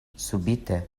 subite